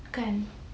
kan